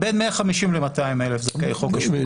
בין 150,000 ל-200,000 זכאי חוק השבות.